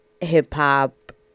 hip-hop